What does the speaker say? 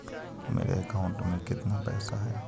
मेरे अकाउंट में केतना पैसा है?